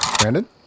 Brandon